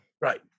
Right